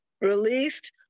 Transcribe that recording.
released